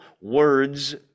words